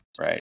right